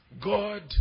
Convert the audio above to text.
God